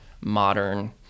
modern